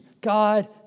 God